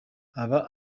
aba